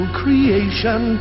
creation